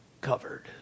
covered